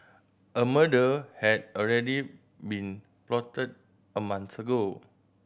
a murder had already been plotted a month ago